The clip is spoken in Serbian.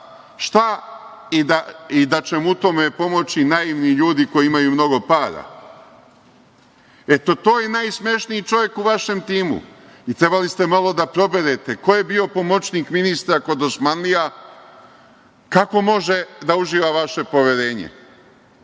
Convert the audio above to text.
šta i da će mu u tome pomoći naivni ljudi koji imaju mnogo para. Eto, to je najsmešniji čovek u vašem timu. Trebali ste malo da proberete. Ko je bio pomoćnik ministra kod dosmanlija, kako može da uživa vaše poverenje?